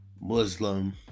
Muslim